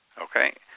Okay